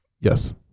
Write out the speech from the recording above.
yes